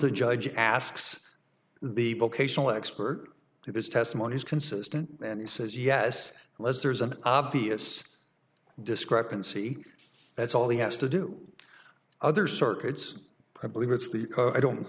the judge asks the vocational expert if his testimony is consistent and he says yes let's there's an obvious discrepancy that's all he has to do other circuits i believe it's the i don't